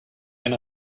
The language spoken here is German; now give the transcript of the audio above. eine